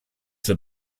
that